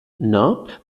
nantes